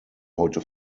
heute